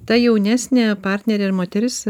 ta jaunesnė partnerė ir moteris